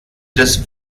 des